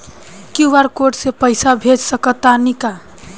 QR code से पईसा भेज सक तानी का?